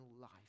life